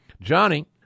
Johnny